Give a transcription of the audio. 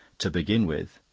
to begin with.